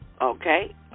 Okay